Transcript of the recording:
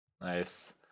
Nice